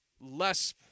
less